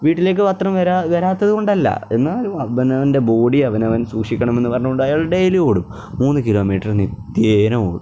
വീട്ടിലേക്ക് പത്രം വരാത്തത് കൊണ്ടല്ല എന്നാലും അവനവൻ്റെ ബോഡി അവനവൻ സൂക്ഷിക്കണമെന്ന് പറഞ്ഞുകൊണ്ട് അയാൾ ഡെയിലി ഓടും മൂന്ന് കിലോമീറ്റർ നിത്യേന ഓടും